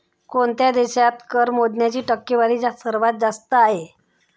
कोणत्या देशात कर मोजणीची टक्केवारी सर्वात जास्त आहे?